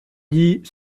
dit